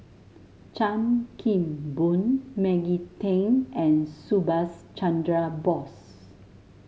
Chan Kim Boon Maggie Teng and Subhas Chandra Bose